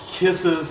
kisses